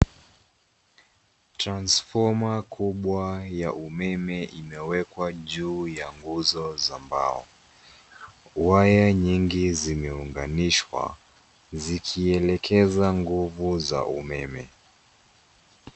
Transfoma kubwa ya umeme imewekwa juu ya nguzo za mbao. Waya nyingi zimeunganishwa zikielekeza nguvu za umeme.